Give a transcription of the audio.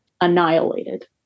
annihilated